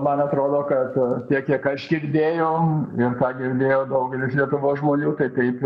man atrodo kad tiek kiek aš girdėjau ir ką girdėjo daugelis lietuvos žmonių tai taip